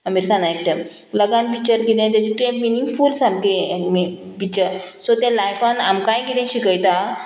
अमीर Khan actor Lagaan picture किदें तेजे ते मिनींगफूल सामकें पिक्चर सो ते लायफान आमकांय किदें शिकयता